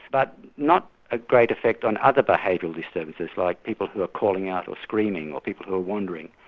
but not a great effect on other behavioural disturbances like people who are calling out, or screaming, or people who are wandering.